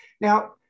Now